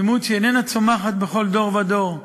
דמות שאיננה צומחת בכל דור ודור,